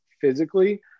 physically